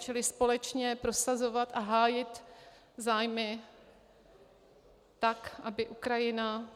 Čili společně prosazovat a hájit zájmy tak, aby Ukrajina